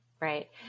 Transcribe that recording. Right